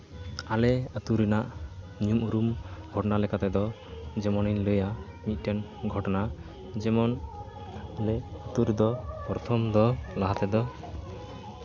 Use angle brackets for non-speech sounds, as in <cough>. ᱟᱞᱮ ᱟᱹᱛᱩ ᱨᱮᱱᱟᱜ ᱧᱩᱢ ᱩᱨᱩᱢ <unintelligible> ᱞᱮᱠᱟᱛᱮᱫᱚ ᱡᱮᱢᱚᱱᱤᱧ ᱞᱟᱹᱭᱟ ᱢᱤᱫᱴᱮᱱ ᱜᱷᱚᱴᱚᱱᱟ ᱡᱮᱢᱚᱱ ᱟᱞᱮ ᱟᱹᱛᱩ ᱨᱮᱫᱚ ᱯᱚᱨᱛᱷᱚᱢ ᱫᱚ ᱞᱟᱦᱟ ᱛᱮᱫᱚ